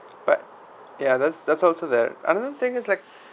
but ya that's that's also the another thing is like